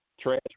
Trash